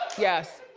yes.